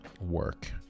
work